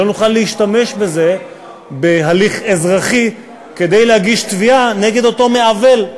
שלא נוכל להשתמש בזה בהליך אזרחי כדי להגיש תביעה נגד אותו מעוול.